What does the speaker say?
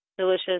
delicious